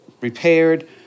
repaired